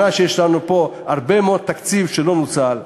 שנה שיש לנו פה הרבה מאוד תקציב שלא נוצל,